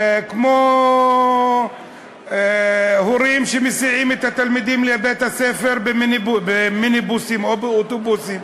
כמו הורים שמסיעים את התלמידים לבית-הספר במיניבוסים או באוטובוסים.